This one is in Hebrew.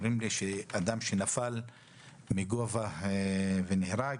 אדם שנפל מגובה ונהרג,